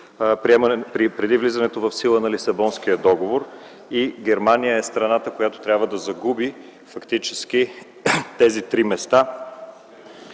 преди влизането в сила на Лисабонския договор и Германия е страната, която трябва да загуби фактически тези три места